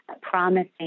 promising